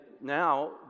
now